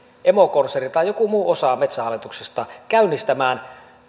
emokonserni tai joku muu osa metsähallituksesta käynnistämään